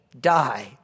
die